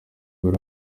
bari